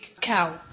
cow